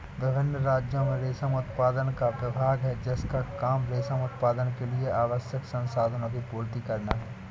विभिन्न राज्यों में रेशम उत्पादन का विभाग है जिसका काम रेशम उत्पादन के लिए आवश्यक संसाधनों की आपूर्ति करना है